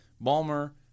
Balmer